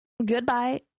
goodbye